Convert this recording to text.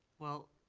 well,